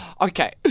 okay